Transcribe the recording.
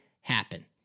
happen